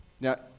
Now